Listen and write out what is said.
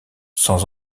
sans